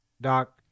Doc